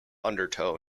undertow